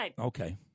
Okay